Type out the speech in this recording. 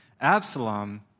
Absalom